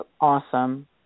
awesome